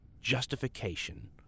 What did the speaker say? justification